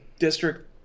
District